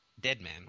Deadman